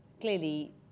clearly